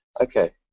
Okay